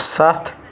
سَتھ